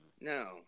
No